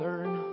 Learn